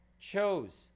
chose